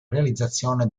realizzazione